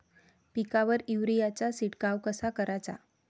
पिकावर युरीया चा शिडकाव कसा कराचा?